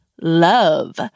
love